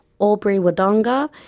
Albury-Wodonga